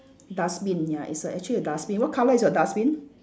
dustbin ya it's a actually a dustbin what colour is your dustbin